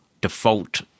default